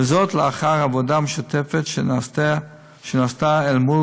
וזאת לאחר עבודה משותפת שנעשתה אל מול